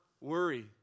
worry